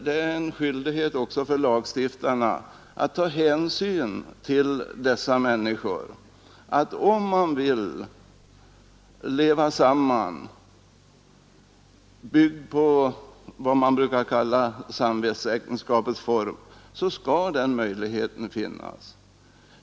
Det är en skyldighet för lagstiftarna att ta hänsyn också till dessa människor. Om de vill leva samman i vad som brukar kallas ett samvetsäktenskap, skall den möjligheten finnas.